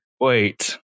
wait